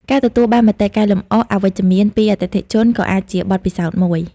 ការទទួលបានមតិកែលម្អអវិជ្ជមានពីអតិថិជនក៏អាចជាបទពិសោធន៍មួយ។